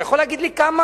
אתה יכול להגיד לי כמה,